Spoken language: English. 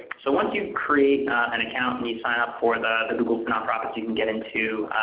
so once you create an account and you sign up for the google nonprofits, you can get into